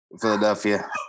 Philadelphia